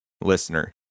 listener